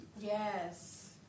Yes